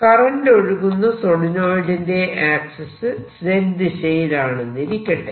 current ഒഴുകുന്ന സോളിനോയിഡിന്റെ axis Z ദിശയിലാണെന്നിരിക്കട്ടെ